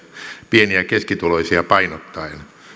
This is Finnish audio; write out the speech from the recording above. pieni ja keskituloisia painottaen